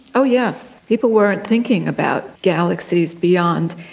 oh yes, people weren't thinking about galaxies beyond.